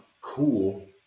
cool